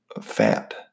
fat